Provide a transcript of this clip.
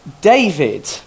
David